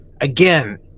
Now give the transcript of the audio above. again